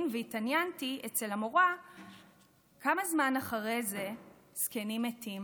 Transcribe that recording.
והתעניינתי אצל המורה כמה זמן אחרי זה זקנים מתים".